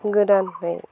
गोदानै